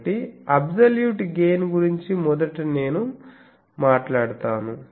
కాబట్టి absolute gain గురించి మొదట నేను మాట్లాడతాను